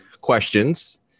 questions